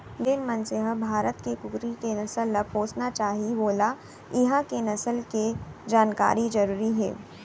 जेन मनसे ह भारत के कुकरी के नसल ल पोसना चाही वोला इहॉं के नसल के जानकारी जरूरी हे